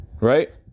right